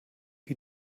die